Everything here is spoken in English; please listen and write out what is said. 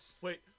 Wait